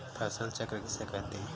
फसल चक्र किसे कहते हैं?